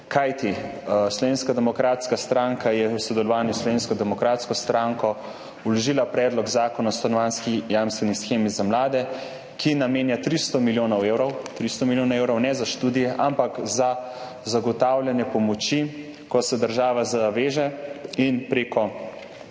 kajti Slovenska demokratska stranka je v sodelovanju s Slovensko demokratsko stranko vložila predlog zakona o stanovanjski jamstveni shemi za mlade, ki ji namenja 300 milijonov evrov. 300 milijonov evrov ne za študije, ampak za zagotavljanje pomoči, ko se država zaveže in prek